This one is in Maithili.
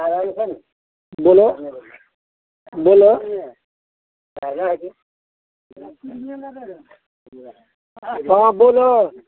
बोलऽ बोलऽ हँ बोलऽ